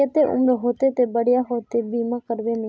केते उम्र होते ते बढ़िया होते बीमा करबे में?